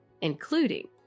including